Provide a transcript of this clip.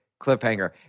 cliffhanger